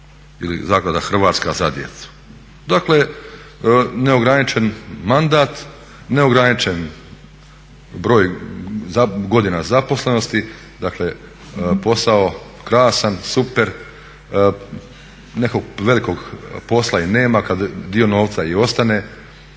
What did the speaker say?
Dakle, neograničen mandat, neograničen broj godina zaposlenosti, dakle posao krasan, super nekog velikog posla i nema, kad dio novca i ostane,